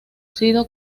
sido